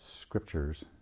scriptures